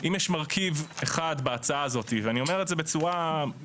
אם יש מרכיב אחד בהצעה הזאת ואני אומר את זה בצורה ישירה